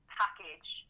package